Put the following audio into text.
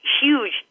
huge